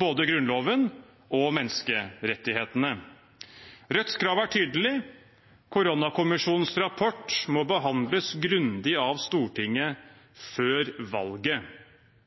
både Grunnloven og menneskerettighetene. Rødts krav er tydelig: Koronakommisjonens rapport må behandles grundig av Stortinget før valget.